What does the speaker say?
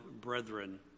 brethren